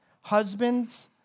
Husbands